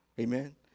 Amen